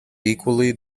equally